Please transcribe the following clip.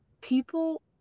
People